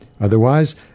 Otherwise